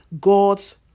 God's